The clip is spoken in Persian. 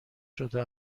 شده